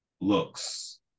looks